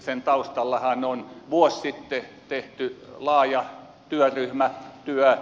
sen taustallahan on vuosi sitten tehty laaja työryhmätyö